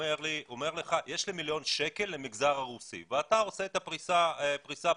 אומר לך שיש לו מיליון שקל למגזר הרוסי ואתה עושה את הפריסה הפנימית,